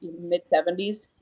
mid-70s